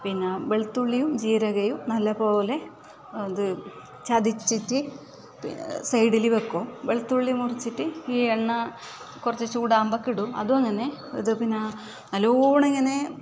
പിന്നെ വെളുത്തുള്ളിയും ജീരകയും നല്ല പോലെ അത് ചതച്ചിട്ട് സൈഡില് വെക്കും വെളുത്തുള്ളി മുറിച്ചിട്ട് ഈ എണ്ണ കുറച്ച് ചൂടാകുമ്പം ഇടും അതു അങ്ങനെ പിന്നെ നല്ലോണമിങ്ങനെ